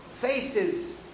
faces